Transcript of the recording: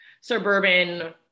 suburban